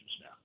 now